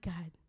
God